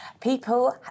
People